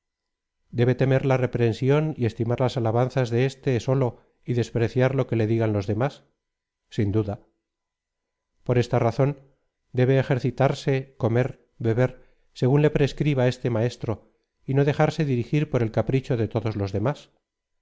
debe temer la reprensión y estimar las alabanzas de éste solo y despreciar lo que le digan los demás sin duda foresta razón debe ejercitarse comer beber según le prescriba este maestro y no dejarse dirigir por el capricho de todos los demás